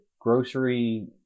grocery